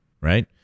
Right